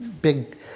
big